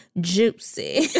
juicy